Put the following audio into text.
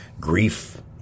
grief